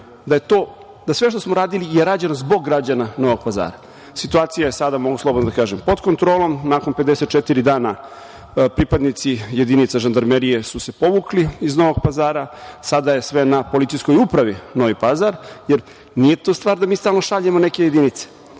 da sve što smo radili je rađeno zbog građana Novog Pazara. Situacija je sada, mogu slobodno da kažem, pod kontrolom. Nakon 54 dana pripadnici jedinica žandarmerije su se povukli iz Novog Pazara, sada je sve na Policijskoj upravi Novi Pazar, jer nije to stvar da mi stalno šaljemo neke jedinice.